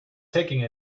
taking